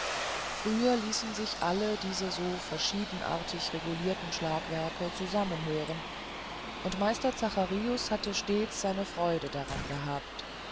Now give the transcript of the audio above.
früher ließen sich all diese so verschiedenartig regulirten schlagwerke zusammen hören und meister zacharius hatte stets seine freude daran gehabt